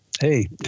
hey